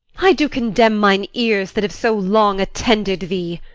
i do condemn mine ears that have so long attended thee.